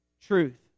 truth